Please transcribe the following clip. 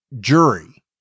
jury